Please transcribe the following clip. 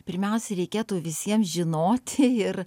pirmiausia reikėtų visiem žinoti ir